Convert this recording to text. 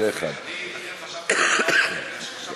אני חשבתי שבע שנים.